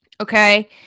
Okay